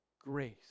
grace